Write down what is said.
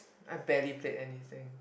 I barely play anything